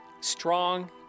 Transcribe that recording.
strong